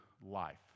life